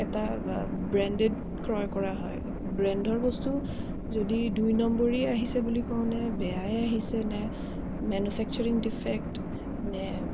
এটা ব্ৰেণ্ডেড ক্ৰয় কৰা হয় ব্ৰেণ্ডৰ বস্তু যদি দুই নম্বৰী আহিছে বুলি কওঁনে বেয়াই আহিছেনে মেনোফেক্সাৰিং ডিফেক্ট নে